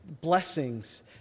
blessings